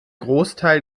großteil